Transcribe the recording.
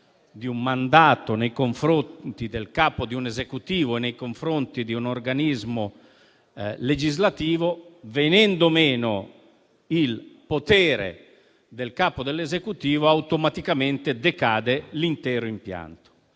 di un mandato nei confronti del capo di un Esecutivo e di un organismo legislativo, venendo meno il potere del Capo dell'Esecutivo, automaticamente decade l'intero impianto.